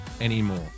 anymore